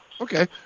Okay